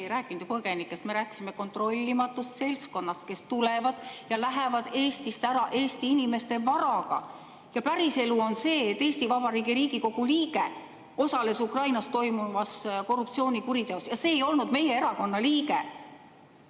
rääkinud ju põgenikest, me rääkisime kontrollimatust seltskonnast, kes tuleb ja läheb Eestist ära Eesti inimeste varaga. Ja päriselu on see, et Eesti Vabariigi Riigikogu liige osales Ukrainas toimuvas korruptsioonikuriteos. See ei olnud meie erakonna liige.